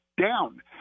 down